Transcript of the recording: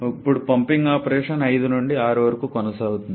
ఇప్పుడు pumping operation 5 నుండి 6 వరకు కొనసాగుతుంది